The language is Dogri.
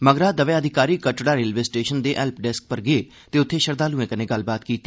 मगरा दवै अधिकारी कटड़ा रेलवे स्टेशन दे हैल्प डेक्स पर गे ते उत्थे श्रद्दालुए कन्नै गल्लबात कीती